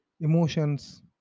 emotions